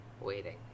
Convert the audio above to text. waiting